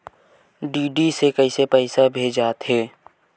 DD से कइसे पईसा भेजे जाथे?